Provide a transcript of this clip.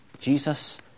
Jesus